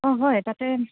অ হয় তাতে